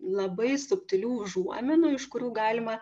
labai subtilių užuominų iš kurių galima